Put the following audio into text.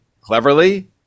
cleverly